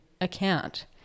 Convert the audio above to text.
account